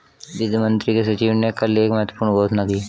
वित्त मंत्री के सचिव ने कल एक महत्वपूर्ण घोषणा की